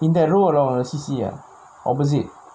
you can role or not C_C opposite